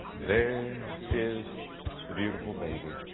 there is the beautiful baby